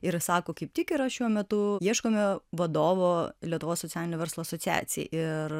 ir sako kaip tik yra šiuo metu ieškome vadovo lietuvos socialinio verslo asociacijai ir